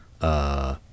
Uh